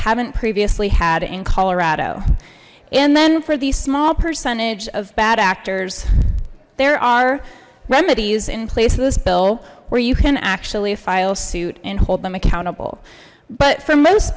haven't previously had in colorado and then for the small percentage of bad actors there are remedies in place of this bill where you can actually file suit and hold them accountable but for most